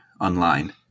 online